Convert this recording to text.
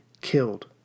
killed